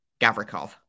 Gavrikov